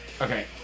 Okay